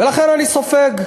ולכן אני סופג.